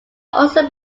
also